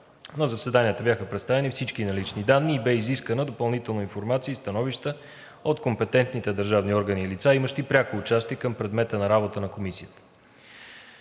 На заседанията бяха представени всички налични данни и бе изискана допълнителна информация и становища от компетентните държавни органи и лица, имащи пряко участие към предмета на работа на Комисията.